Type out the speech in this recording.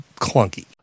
clunky